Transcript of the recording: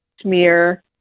smear